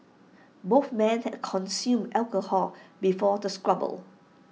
both men had consumed alcohol before the squabble